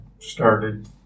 started